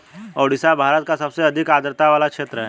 ओडिशा भारत का सबसे अधिक आद्रता वाला क्षेत्र है